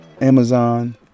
Amazon